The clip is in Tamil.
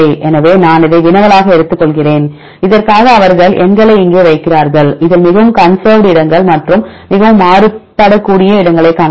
எனவே நான் இதை வினவலாக எடுத்துக்கொள்கிறேன் இதற்காக அவர்கள் எண்களை இங்கே வைக்கிறார்கள் இதில் மிகவும் கன்சர்வ்டு இடங்கள் மற்றும் இது மிகவும் மாறுபடக் கூடிய இடங்களைக் காணலாம்